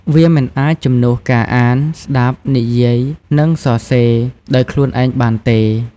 វាមិនអាចជំនួសការអាន ស្ដាប់ និយាយ និងសរសេរដោយខ្លួនឯងបានទេ។